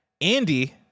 Andy